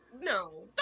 No